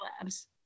labs